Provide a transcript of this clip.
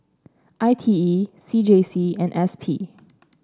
I T E C J C and S P